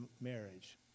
marriage